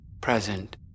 present